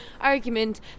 argument